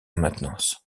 maintenance